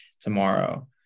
tomorrow